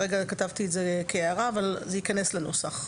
כרגע כתבתי את זה כהערה אבל זה ייכנס לנוסח.